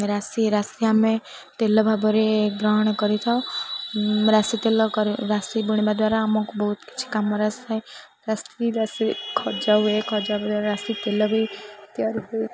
ରାଶି ରାଶି ଆମେ ତେଲ ଭାବରେ ଗ୍ରହଣ କରିଥାଉ ରାଶି ତେଲ କରି ରାଶି ବୁଣିବା ଦ୍ୱାରା ଆମକୁ ବହୁତ କିଛି କାମରେ ଆସିଥାଏ ରାଶି ରାଶି ଖଜା ହୁଏ ଖଜା ରାଶି ତେଲ ବି ତିଆରି କରିଥାଏ